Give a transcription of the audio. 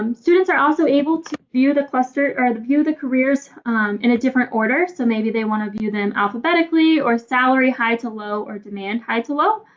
um students are also able to view the cluster or the view the careers in a different order. so maybe they want to view them alphabetically or by salary high to low or demand high to low.